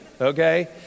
okay